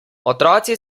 otroci